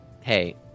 Hey